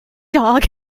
dog